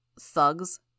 Thugs